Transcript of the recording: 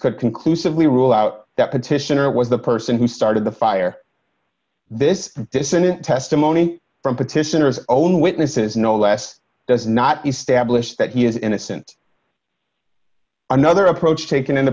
conclusively rule out that petitioner was the person who started the fire this dissonant testimony from petitioners own witnesses no less does not establish that he is innocent another approach taken in